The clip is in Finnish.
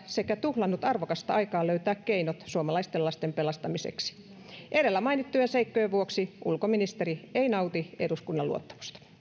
sekä tuhlannut arvokasta aikaa löytää keinot suomalaisten lasten pelastamiseksi edellä mainittujen seikkojen vuoksi ulkoministeri ei nauti eduskunnan luottamusta